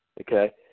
okay